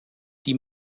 die